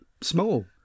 small